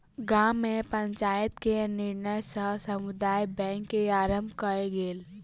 गाम में पंचायत के निर्णय सॅ समुदाय बैंक के आरम्भ कयल गेल